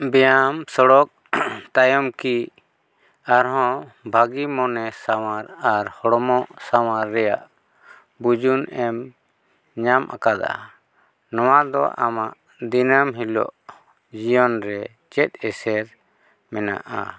ᱵᱮᱭᱟᱢ ᱥᱚᱲᱚᱠ ᱛᱟᱭᱚᱢ ᱠᱤ ᱟᱨᱦᱚᱸ ᱵᱷᱟᱹᱜᱤ ᱢᱚᱱᱮ ᱥᱟᱶᱟᱨ ᱟᱨ ᱦᱚᱲᱢᱚ ᱥᱟᱶᱟᱨ ᱨᱮᱭᱟᱜ ᱵᱩᱡᱩᱱ ᱮᱢ ᱧᱟᱢ ᱟᱠᱟᱫᱟ ᱱᱚᱣᱟ ᱫᱚ ᱟᱢᱟᱜ ᱫᱤᱱᱟᱹᱢ ᱦᱤᱞᱳᱜ ᱡᱤᱭᱚᱱ ᱨᱮ ᱪᱮᱫ ᱮᱥᱮᱨ ᱢᱮᱱᱟᱜᱼᱟ